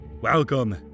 Welcome